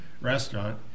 restaurant